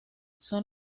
son